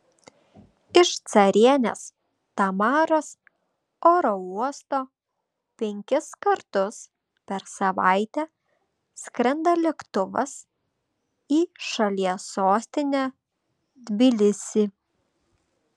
iš carienės tamaros oro uosto penkis kartus per savaitę skrenda lėktuvas į šalies sostinę tbilisį